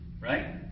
right